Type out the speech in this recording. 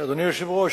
אדוני היושב-ראש,